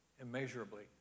immeasurably